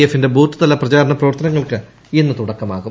എഫിന്റെ ബൂത്തുതല പ്രചരണ പ്രവർത്തനങ്ങൾക്ക് ഇന്ന് തുടക്കമാകും